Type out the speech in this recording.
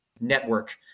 Network